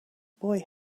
boy